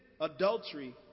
adultery